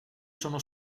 sono